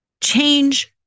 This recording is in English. Change